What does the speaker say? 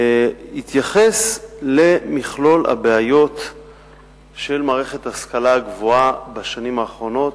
התייחס למכלול הבעיות של מערכת ההשכלה הגבוהה בשנים האחרונות,